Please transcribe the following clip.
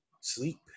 sleep